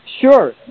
sure